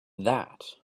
that